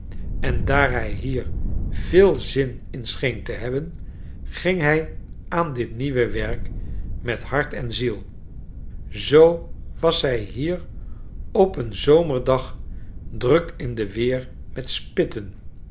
tewerkenjen daar hij hier veel zin in scheente hebben ging hij aan dit nieuwe werk met hart en ziel zoo was hij hier op eenzomerdagdrukin de weer met spitten